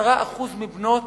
10% מבנות